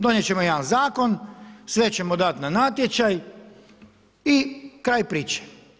Donijet ćemo jedan zakon, sve ćemo dati na natječaj i kraj priče.